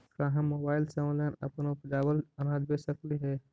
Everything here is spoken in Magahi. का हम मोबाईल से ऑनलाइन अपन उपजावल अनाज बेच सकली हे?